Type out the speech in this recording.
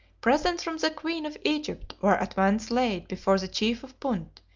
presents from the queen of egypt were at once laid before the chief of punt,